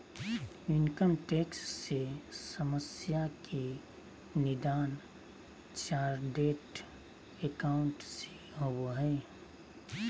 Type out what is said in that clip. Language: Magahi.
इनकम टैक्स से समस्या के निदान चार्टेड एकाउंट से होबो हइ